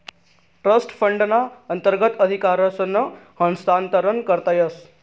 trust फंडना अंतर्गत अधिकारसनं हस्तांतरण करता येस